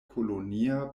kolonia